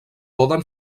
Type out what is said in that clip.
poden